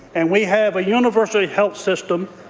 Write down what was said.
and we have a universal health system.